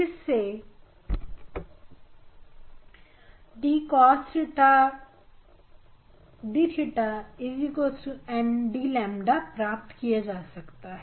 जिस से d cos 𝜽d 𝜽 n dƛ प्राप्त किया जा सकता है